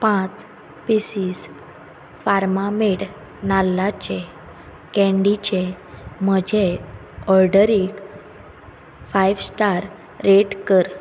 पांच पिसीस फार्मामेड नाल्लाचे कँडीचे म्हजे ऑर्डरीक फायफ स्टार रेट कर